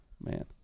Man